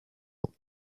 ans